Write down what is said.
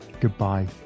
goodbye